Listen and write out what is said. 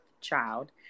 child